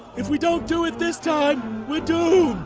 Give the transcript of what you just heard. if we don't do it this time, we're doomed!